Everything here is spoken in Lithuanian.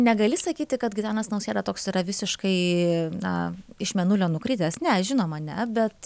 negali sakyti kad gitanas nausėda toks yra visiškai na iš mėnulio nukritęs ne žinoma ne bet